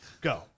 Go